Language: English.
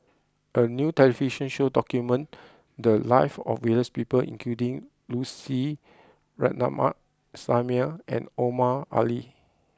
a new television show documented the lives of various people including Lucy Ratnammah Samuel and Omar Ali